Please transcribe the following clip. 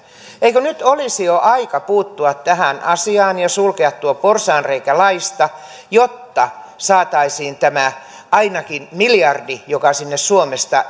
eikö nyt olisi jo aika puuttua tähän asiaan ja sulkea tuo porsaanreikä laista jotta tämä ainakin miljardi joka suomesta